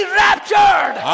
raptured